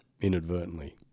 Inadvertently